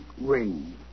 ring